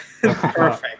Perfect